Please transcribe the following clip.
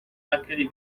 naquele